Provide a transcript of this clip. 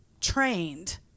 trained